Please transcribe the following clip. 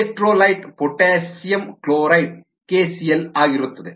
electrolyte potassium chloride KCl ಆಗಿರುತ್ತದೆ